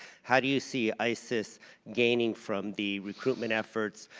how do you see isis gaining from the recruitment efforts,